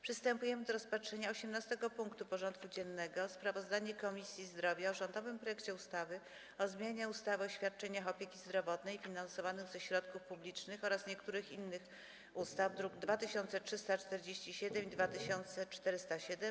Przystępujemy do rozpatrzenia punktu 18. porządku dziennego: Sprawozdanie Komisji Zdrowia o rządowym projekcie ustawy o zmianie ustawy o świadczeniach opieki zdrowotnej finansowanych ze środków publicznych oraz niektórych innych ustaw (druki nr 2347 i 2407)